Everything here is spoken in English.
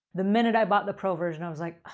the minute i bought the pro version, i was like,